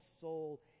soul